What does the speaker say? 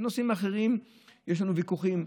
בנושאים אחרים יש לנו ויכוחים.